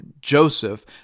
Joseph